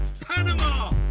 Panama